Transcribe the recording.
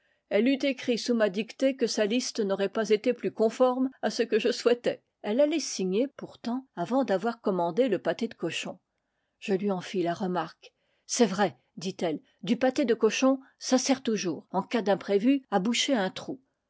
elle eût écrit sous ma dictée que sa liste n'aurait pas été plus conforme à ce que je sou haitais elle allait signer pourtant avant d'avoir commandé le pâté de cochon je lui en fis la remarque c'est vrai dit-elle du pâté de cochon ça sert toujours en cas d'imprévu à boucher un trou